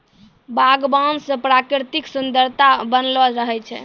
बगान से प्रकृतिक सुन्द्ररता बनलो रहै छै